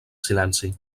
silenci